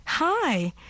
Hi